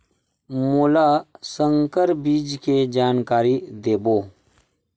मोला संकर बीज के जानकारी देवो?